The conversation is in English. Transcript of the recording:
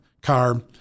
car